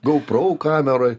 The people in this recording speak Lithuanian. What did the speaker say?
gouprou kameroj